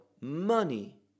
money